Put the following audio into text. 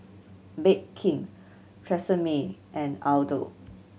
Bake King Tresemme and Aldo